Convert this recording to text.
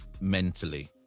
mentally